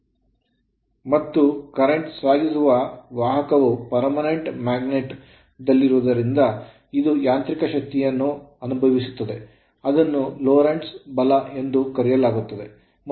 ಮತ್ತು ಪ್ರಸ್ತುತ current ಸಾಗಿಸುವ ವಾಹಕವು permanent magnet magnetic field ದಲ್ಲಿರುವುದರಿಂದ ಅದು ಯಾಂತ್ರಿಕ ಶಕ್ತಿಯನ್ನು ಅನುಭವಿಸುತ್ತದೆ ಅದನ್ನು ಲೊರೆಂಟ್ಜ್ ಬಲ ಎಂದು ಕರೆಯಲಾಗುತ್ತದೆ